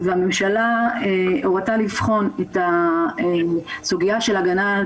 והממשלה הורתה לבחון את הסוגיה של הגנה על